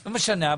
לא משנה,